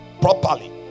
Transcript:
properly